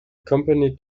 company